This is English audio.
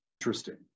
interesting